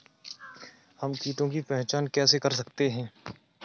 हम कीटों की पहचान कैसे कर सकते हैं?